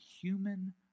human